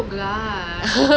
oh really ah where